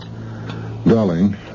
Darling